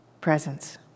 Presence